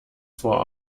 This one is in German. vor